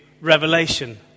Revelation